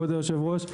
כבוד היושב ראש,